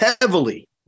heavily